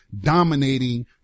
dominating